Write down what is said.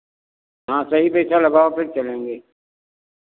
हाँ सही पैसा लगाओ फिर चलेंगे